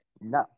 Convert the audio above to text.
No